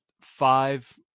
five